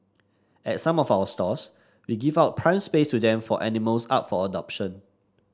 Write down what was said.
at some of our stores we give out prime space to them for animals up for adoption